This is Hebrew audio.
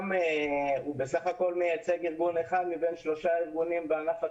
הוא בסך הכול מייצג ארגון אחד מבין שלושה ארגונים בענף התחבורה.